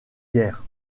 guère